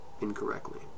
incorrectly